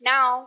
Now